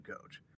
coach